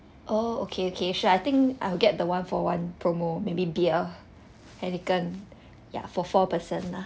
oh okay okay sure I think I'll get the one for one promo maybe beer heineken yeah for four person lah